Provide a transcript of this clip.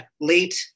late